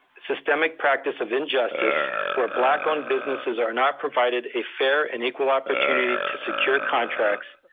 systemic practice of injustice where black-owned businesses are not provided a fair and equal opportunity to secure contracts,